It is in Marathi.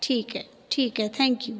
ठीक आहे ठीक आहे थँक यू